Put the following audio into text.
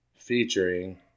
Featuring